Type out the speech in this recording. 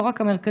לא רק המרכזים,